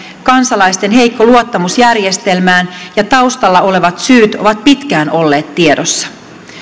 kansalaisten heikko luottamus järjestelmään ja taustalla olevat syyt ovat pitkään olleet tiedossa